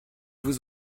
vous